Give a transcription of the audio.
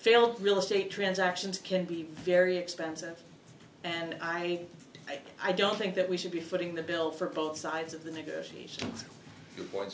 real estate transactions can be very expensive and i i don't think that we should be footing the bill for both sides of the negotiation